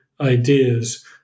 ideas